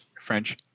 French